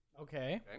Okay